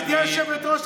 גברתי היושבת-ראש,